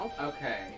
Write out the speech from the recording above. Okay